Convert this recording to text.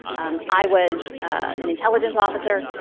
um i was an intelligence officer.